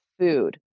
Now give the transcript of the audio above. food